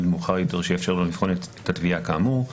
מאוחר יותר שיאפשר לו לבחון את התביעה כאמור,